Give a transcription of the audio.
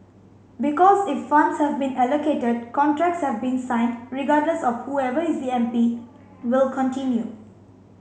because if funds have been allocated contracts have been signed regardless of whoever is the M P will continue